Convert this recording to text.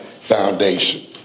foundation